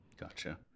gotcha